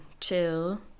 chill